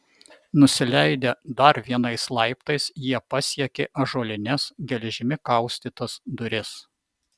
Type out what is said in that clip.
nusileidę dar vienais laiptais jie pasiekė ąžuolines geležimi kaustytas duris